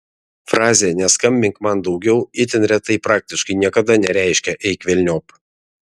frazė neskambink man daugiau itin retai praktiškai niekada nereiškia eik velniop